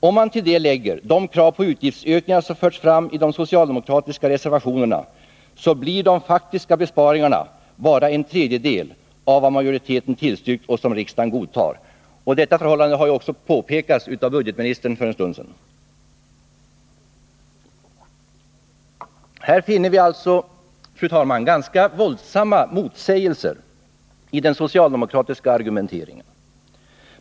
Om man till detta lägger de krav på utgiftsökningar som förts fram i de socialdemokratiska reservationerna blir de faktiska besparingarna bara en tredjedel av vad majoriteten tillstyrkt och som riksdagen godtar. Detta förhållande har också budgetministern för en stund sedan påpekat. Här finner vi alltså, fru talman, ganska våldsamma motsägelser i den socialdemokratiska argumenteringen.